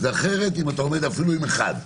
זה אחרת אם אתה עומד אפילו עם אחד.